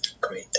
Great